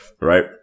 Right